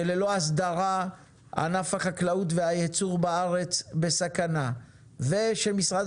שללא הסדרה ענף החקלאות והייצור הארץ בסכנה ושמשרד